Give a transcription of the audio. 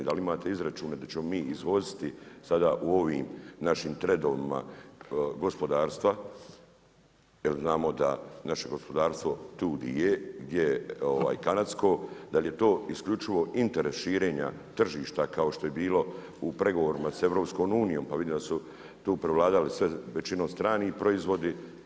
Da li imate izračune da ćemo mi izvoziti sada u ovim našim trendovima gospodarstva jel znamo da je naše gospodarstvo tu di je, gdje je kanadsko, da li je to isključivo interes širenja tržišta kao što je bilo u pregovorima sa EU, pa vidim da su tu prevladali većinom strani proizvodi.